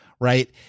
right